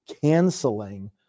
canceling